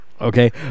Okay